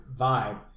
vibe